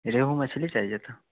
ریہو مچھلی چاہیے تھا